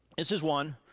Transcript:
this is one,